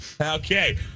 Okay